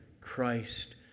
Christ